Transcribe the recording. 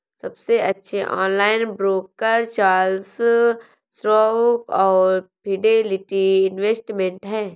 सबसे अच्छे online broker Charles Schwab और फिडेलिटी इन्वेस्टमेंट हैं